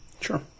Sure